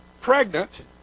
pregnant